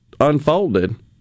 unfolded